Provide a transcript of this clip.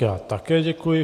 Já také děkuji.